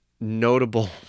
notable